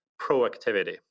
proactivity